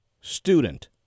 student